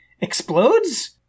explodes